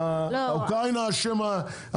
האוקראינה אשמה,